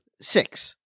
Six